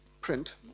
print